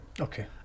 Okay